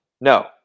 No